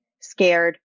scared